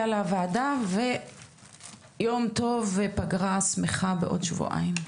לדיון הוועדה ויום טוב ופגרה שמחה בעוד שבועיים.